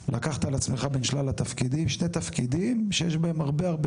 אתה לקחת על עצמך בין שלל התפקידים שני תפקידים שיש בהם הרבה הרבה